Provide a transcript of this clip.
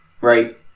Right